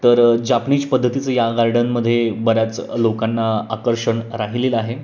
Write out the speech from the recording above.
तर जापणीज पद्धतीचं या गार्डनमध्ये बऱ्याच लोकांना आकर्षण राहिलेलं आहे